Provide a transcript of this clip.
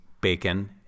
bacon